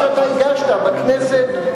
אתה יודע שבכנסת השש-עשרה,